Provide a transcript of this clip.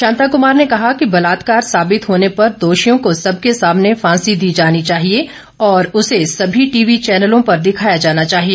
शांताकमार ने कहा कि बलात्कार साबित होने पर दोषियों को सबके सामने फांसी दी जानी चाहिए और उसे सभी टीवी चैनलों पर दिखाया जाना चाहिए